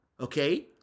okay